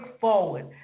forward